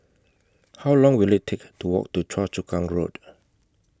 How Long Will IT Take to Walk to Choa Chu Kang Road